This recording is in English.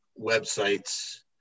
websites